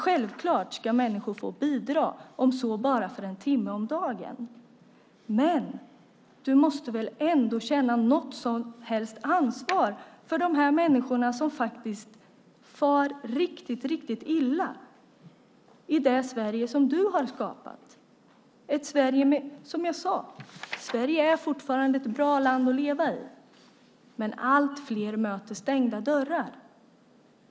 Självklart ska människor få bidrag, om så bara för en timme om dagen. Du måste väl känna något ansvar för de människor som far riktigt illa i det Sverige som du har skapat, Cristina Husmark Pehrsson? Sverige är fortfarande ett bra land att leva i, men allt fler möter stängda dörrar.